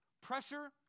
pressure